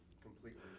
completely